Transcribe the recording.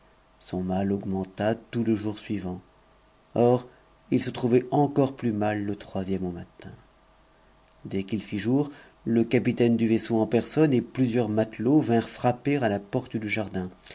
son mal augmenta tout le jour suivant or il se trouvait encore plus mal le troisième an matin dès qu'il fit jour le capitaine du vaisseau en personne et plusieurs matelots vinrent frapper à la porte du jardin